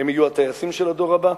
הם יהיו הטייסים של הדור הבא,